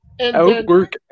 Outwork